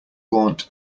gaunt